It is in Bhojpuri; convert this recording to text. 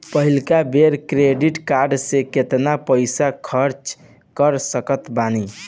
पहिलका बेर क्रेडिट कार्ड से केतना पईसा खर्चा कर सकत बानी?